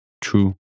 true